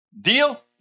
Deal